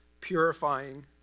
purifying